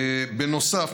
בנוסף,